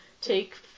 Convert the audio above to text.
take